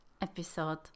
episode